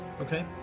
okay